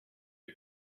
die